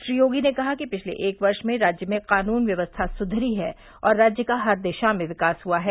श्री योगी ने कहा कि पिछले एक वर्ष में राज्य में कानून व्यवस्था सुधरी है और राज्य का हर दिशा में विकास हुआ है